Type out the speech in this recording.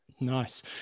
Nice